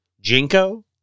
Jinko